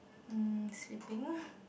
hmm sleeping